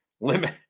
limit